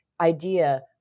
idea